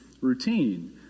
routine